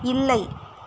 இல்லை